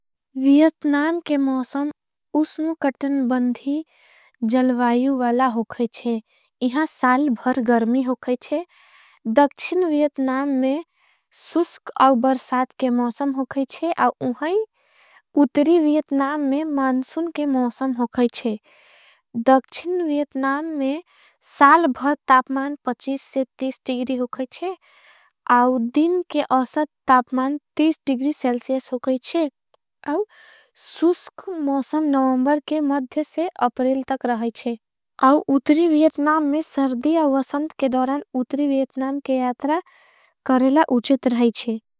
वियत्नाम के मौसम उसनों कटन बंधी जलवायू वाला होगयच्छे। इहां साल भर गर्मी होगयच्छे दक्षिन वियत्नाम में सुस्क अवबर्साद। के मौसम होगयच्छे और उहाईं उतरी वियत्नाम में मानसुन के। मौसम होगयच्छे दक्षिन वियत्नाम में साल भर तापमान डिग्री। होगयच्छे आउ दिन के असत तापमान डिग्री सेलसियस। होगयच्छे आउ सुस्क मौसम नौमबर के मद्धे से अपरेल तक। रहाईच्छे आउ उतरी वियत्नाम में सरदी अवसंद के दोरान। उतरी वियत्नाम के यात्रा करेला उचेत रहाईच्छे।